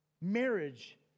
marriage